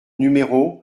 numéro